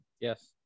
yes